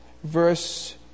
Verse